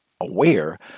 aware